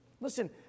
Listen